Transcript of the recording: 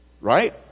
Right